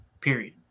period